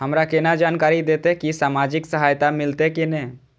हमरा केना जानकारी देते की सामाजिक सहायता मिलते की ने?